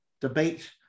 debate